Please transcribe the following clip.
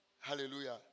Hallelujah